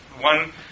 one